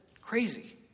crazy